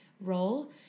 role